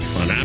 on